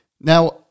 Now